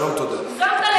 שלום, תודה.